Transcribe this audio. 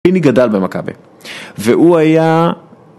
פיני גדל במכבי, והוא היה...